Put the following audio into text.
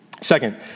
Second